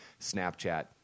Snapchat